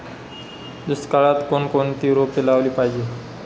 दुष्काळात कोणकोणती रोपे लावली पाहिजे?